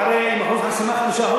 עם אחוז חסימה 5%,